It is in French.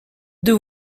deux